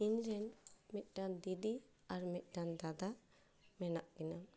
ᱤᱧᱨᱮᱱ ᱢᱤᱫᱴᱮᱱ ᱫᱤᱫᱤ ᱟᱨ ᱢᱤᱫᱴᱮᱱ ᱫᱟᱫᱟ ᱢᱮᱱᱟᱜ ᱠᱤᱱᱟᱹ